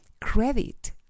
credit